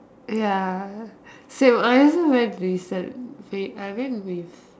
ya same I also very recent wait I went with